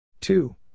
two